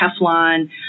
Teflon